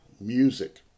music